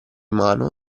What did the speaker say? mano